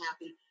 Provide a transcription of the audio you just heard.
happy